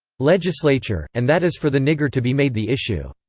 legislature, and that is for the nigger to be made the issue.